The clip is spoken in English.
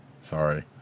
Sorry